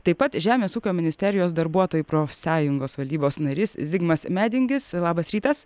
taip pat žemės ūkio ministerijos darbuotojų profsąjungos valdybos narys zigmas medingis labas rytas